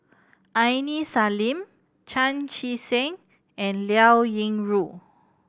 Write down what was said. Aini Salim Chan Chee Seng and Liao Yingru